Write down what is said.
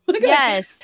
Yes